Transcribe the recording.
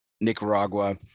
Nicaragua